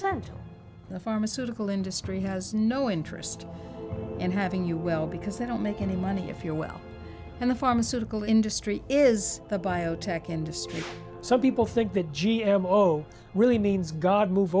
and the pharmaceutical industry has no interest in having you well because they don't make any money if you're well and the pharmaceutical industry is the biotech industry some people think that g m o really means god move